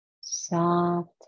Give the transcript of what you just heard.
soft